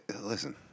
listen